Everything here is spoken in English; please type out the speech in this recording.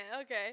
Okay